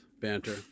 banter